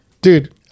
dude